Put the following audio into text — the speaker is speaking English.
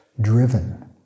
driven